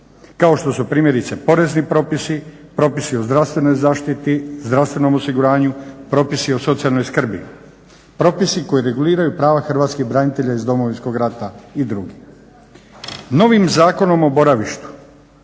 kao što su primjerice porezni propisi, propisi o zdravstvenoj zaštiti, zdravstvenom osiguranju, propisi o socijalnoj skrbi, propisi koji reguliraju prava hrvatskih branitelja iz Domovinskog rata i drugi. Novim Zakonom o boravištu